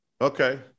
Okay